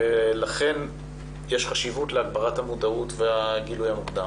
לכן יש חשיבות להגברת המודעות והגילוי המוקדם.